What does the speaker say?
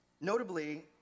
Notably